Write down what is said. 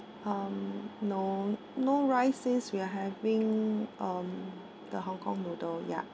um no no rice since we are having um the hongkong noodle ya